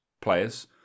players